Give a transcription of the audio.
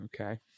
Okay